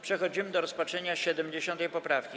Przechodzimy do rozpatrzenia 70. poprawki.